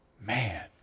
man